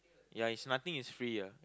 ya is nothing is free ah